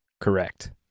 Correct